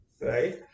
right